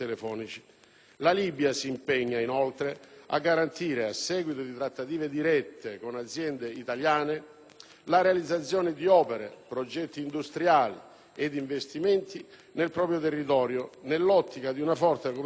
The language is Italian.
La Libia si impegna inoltre a garantire, a seguito di trattative dirette con aziende italiane, la realizzazione di opere, progetti industriali ed investimenti nel proprio territorio, nell'ottica di una forte cooperazione